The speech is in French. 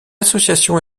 association